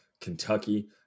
kentucky